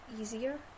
easier